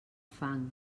fang